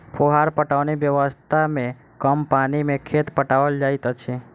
फुहार पटौनी व्यवस्था मे कम पानि मे खेत पटाओल जाइत अछि